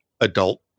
adult